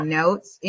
notes